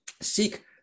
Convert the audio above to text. seek